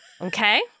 Okay